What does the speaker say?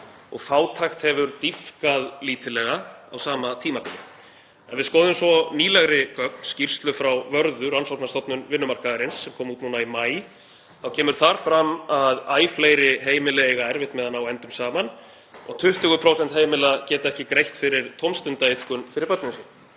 og fátækt hefur dýpkað lítillega á sama tímabili. Ef við skoðum svo nýlegri gögn, skýrslu frá Vörðu, rannsóknarstofnun vinnumarkaðarins, sem kom út núna í maí, kemur þar fram að æ fleiri heimili eiga erfitt með að ná endum saman og 20% heimila geta ekki greitt fyrir tómstundaiðkun fyrir börnin sín.